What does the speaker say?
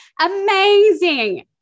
amazing